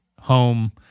home